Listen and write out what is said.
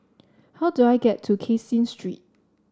how do I get to Caseen Street